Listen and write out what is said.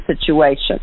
situation